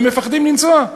והם מפחדים לנסוע.